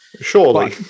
Surely